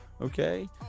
okay